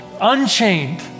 unchained